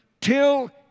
till